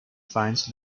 finds